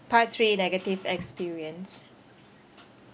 part three negative experience